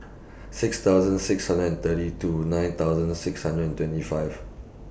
six thousand six hundred and thirty two nine thousand six hundred and twenty five